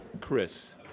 Chris